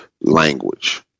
language